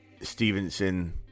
Stevenson